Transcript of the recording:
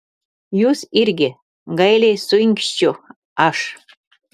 jūs irgi gailiai suinkščiu aš